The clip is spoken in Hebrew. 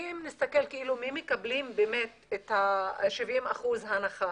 אם נסתכל מי מקבל את 70% הנחה,